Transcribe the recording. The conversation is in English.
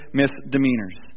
misdemeanors